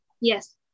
Yes